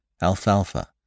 alfalfa